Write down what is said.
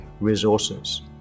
resources